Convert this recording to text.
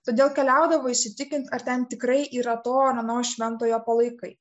todėl keliaudavo įsitikinti ar ten tikrai yra to ar ano šventojo palaikai